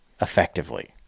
effectively